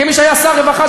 כמי שהיה שר הרווחה,